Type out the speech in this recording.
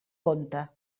compte